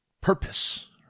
purpose